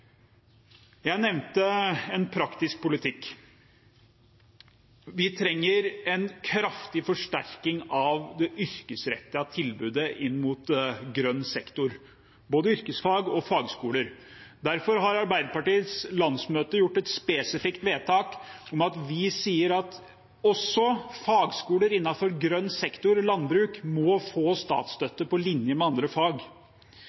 Jeg nevnte praktisk politikk. Vi trenger en kraftig forsterkning av det yrkesrettede tilbudet inn mot grønn sektor, både yrkesfag og fagskoler. Derfor har Arbeiderpartiets landsmøte gjort et spesifikt vedtak der vi sier at også fagskoler innenfor grønn sektor og landbruk må få statsstøtte, på linje med andre fag.